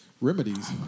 remedies